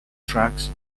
trucks